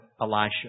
Elisha